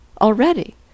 already